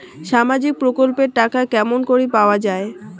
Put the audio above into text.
সামাজিক প্রকল্পের টাকা কেমন করি পাওয়া যায়?